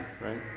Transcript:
right